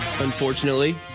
Unfortunately